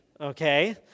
okay